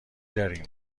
داریم